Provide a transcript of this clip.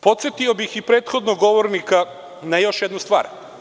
Podsetio bih i prethodnog govornika na još jednu stvar.